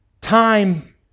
time